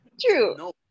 True